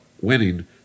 winning